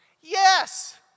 Yes